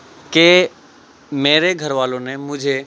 کہ میرے گھر والوں نے مجھے